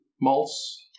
malts